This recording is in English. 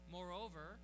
Moreover